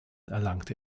erlangte